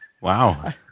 Wow